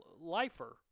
lifer